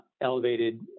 Elevated